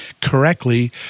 correctly